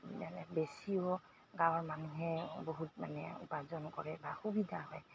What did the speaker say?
মানে বেছিও গাঁৱৰ মানুহে বহুত মানে উপাৰ্জন কৰে বা সুবিধা হয়